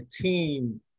team